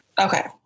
Okay